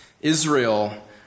Israel